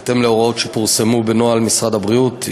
בהתאם להוראות שפורסמו בנוהל משרד הבריאות.